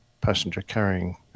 passenger-carrying